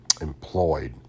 employed